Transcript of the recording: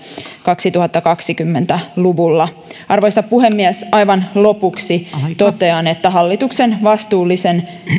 kaksituhattakaksikymmentä luvulla arvoisa puhemies aivan lopuksi totean että hallituksen vastuullisen